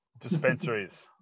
dispensaries